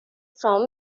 from